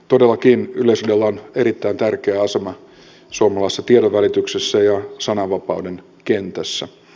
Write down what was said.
todellakin yleisradiolla on erittäin tärkeä asema suomalaisessa tiedonvälityksessä ja sananvapauden kentässä